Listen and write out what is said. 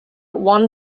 one